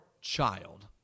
child